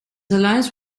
alliance